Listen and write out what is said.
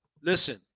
listen